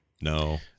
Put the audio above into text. no